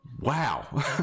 wow